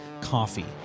coffee